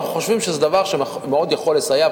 אנחנו חושבים שזה דבר שמאוד יכול לסייע,